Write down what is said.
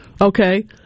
Okay